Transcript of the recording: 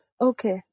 Okay